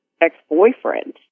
ex-boyfriend